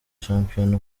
shampiyona